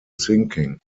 sinking